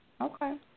Okay